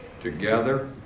together